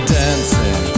dancing